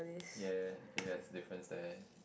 ya it has difference there